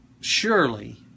surely